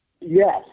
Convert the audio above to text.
Yes